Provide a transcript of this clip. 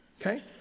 okay